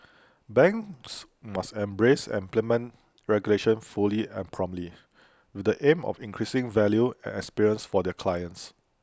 banks must embrace and implement regulation fully and promptly with the aim of increasing value and experience for their clients